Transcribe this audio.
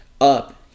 up